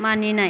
मानिनाय